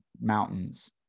mountains